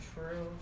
True